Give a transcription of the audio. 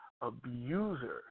abuser